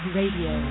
Radio